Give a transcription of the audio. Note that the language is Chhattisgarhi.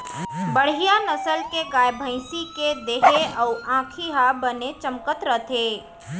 बड़िहा नसल के गाय, भँइसी के देहे अउ आँखी ह बने चमकत रथे